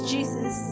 Jesus